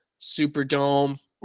superdome